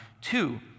Two